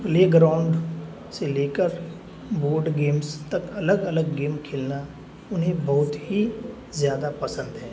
play ground سے لے کر بورڈ گیمس تک الگ الگ گیم کھیلنا انہیں بہت ہی زیادہ پسند ہے